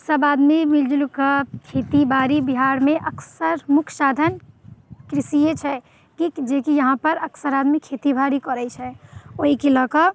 सभ आदमी मिलजुल कऽ खेतीबाड़ी बिहारमे अक्सर मुख्य साधन कृषिये छै कि जे कि यहाँ पर अक्सर आदमी खेतीबाड़ी करैत छै ओहिके लऽकऽ